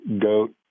goat